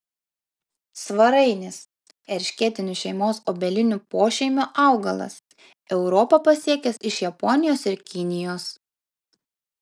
svarainis erškėtinių šeimos obelinių pošeimio augalas europą pasiekęs iš japonijos ir kinijos